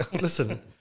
Listen